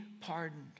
pardoned